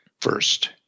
first